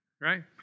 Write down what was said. right